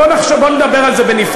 בוא נדבר על זה בנפרד,